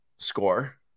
Score